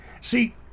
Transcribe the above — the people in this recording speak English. See